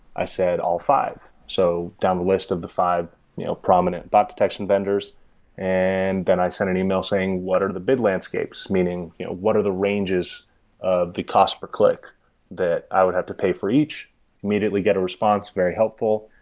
i said, all five. so down the list of the five you know prominent bot detection vendors and then i sent an email saying what are the bid landscapes, meaning what are the ranges of the cost per click that i would have to pay for each? i immediately got a response, very helpful.